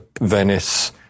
Venice